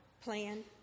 plan